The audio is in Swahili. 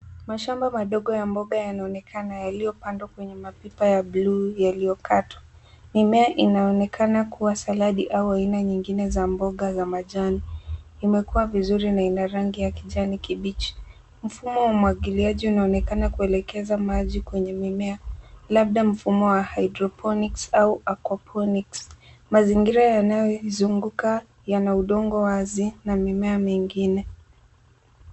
Mashamba madogo ya mboga yanaonekana yaliyopandwa kwenye mapipa ya buluu yaliyokatwa. Mimea inaonekana kuwa saladi au aina nyingine za mboga za majani. Imekuwa vizuri na ina rangi ya kijani kibichi. Mfumo wa umwagiliaji unaonekana kuelekeza maji kwenye mimea, labda mfumo wa hyrophonics au aquaponics . Mazingira yanayoizunguka yana udongo wazi na mimea mingine.